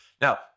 Now